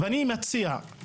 אני מציע,